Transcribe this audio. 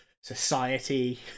society